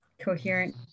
coherent